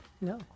No